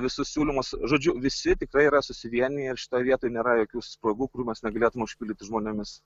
visus siūlymus žodžiu visi tikrai yra susivieniję ir šitoj vietoj nėra jokių spragų kur mes negalėtume užpildyti žmonėmis